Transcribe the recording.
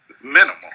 Minimal